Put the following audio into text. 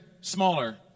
smaller